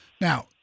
Now